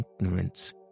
ignorance